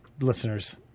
listeners